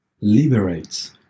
liberates